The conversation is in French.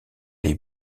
les